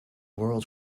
world